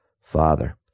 father